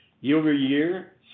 Year-over-year